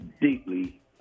deeply